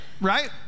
right